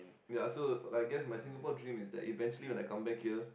ya so I guess my Singapore dream is that eventually when I come back here